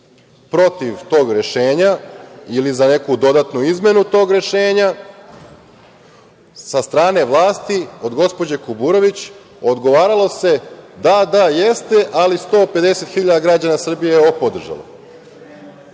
protiv tog rešenja ili za neku dodatnu izmenu tog rešenja, sa strane vlasti, od gospođe Kuburović, odgovaralo se – da, da, jeste, ali 150.000 građana Srbije je ovo podržalo. Kako